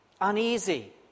uneasy